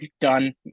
done